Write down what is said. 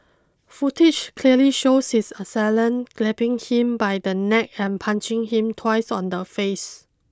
footage clearly shows his assailant grabbing him by the neck and punching him twice on the face